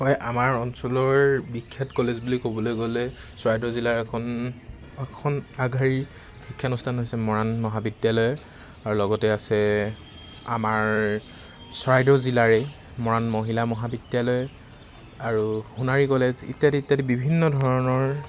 মই আমাৰ অঞ্চলৰ বিখ্যাত কলেজ বুলি ক'বলৈ গ'লে চৰাইদেউ জিলাৰ এখন এখন আগশাৰীৰ শিক্ষানুষ্ঠান হৈছে মৰাণ মহাবিদ্যালয় আৰু লগতে আছে আমাৰ চৰাইদেউ জিলাৰে মৰাণ মহিলা মহাবিদ্যালয় আৰু সোণাৰি কলেজ ইত্যাদি ইত্যাদি বিভিন্ন ধৰণৰ